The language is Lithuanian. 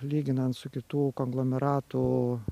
lyginant su kitų konglomeratų